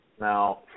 Now